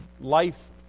life